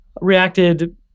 reacted